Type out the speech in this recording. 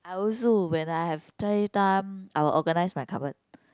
I also when I have spare time I will organize my cupboard